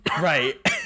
Right